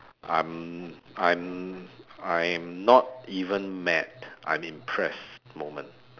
I'm I'm I'm not even mad I'm impressed moment